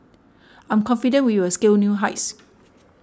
I'm confident we will scale new heights